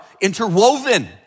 interwoven